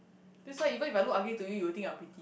that's why even if I look ugly to you you'll think I'm pretty